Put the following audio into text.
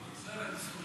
נתקבלה.